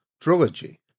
trilogy